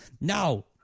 No